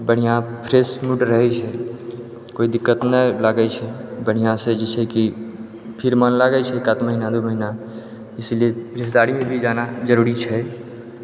बढ़िआँ fresh mood रहै छै कोइ दिक्कत नहि लागै छै बढ़िआँसँ जे छै से कि फिर मोन लागै छै एक आध महिना दू महिना इसीलिए रिश्तेदारीमे भी जाना जरूरी छै